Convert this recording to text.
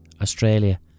Australia